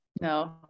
no